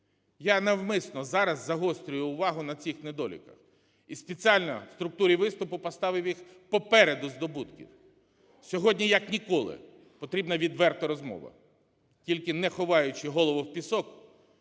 Я навмисно зараз загострюю увагу на цих недоліках і спеціально в структурі виступу поставив їх попереду здобутків. Сьогодні як ніколи потрібна відверта розмова. Тільки не ховаючи голову в пісок,